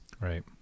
right